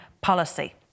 policy